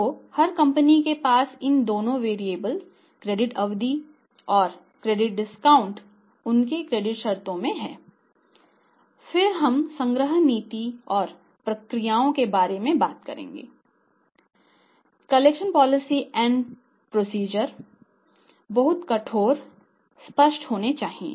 तो हर कंपनी के पास इन दो वेरिएबल क्रेडिट अवधि बहुत कठोर स्पष्ट होनी चाहिए